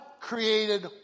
created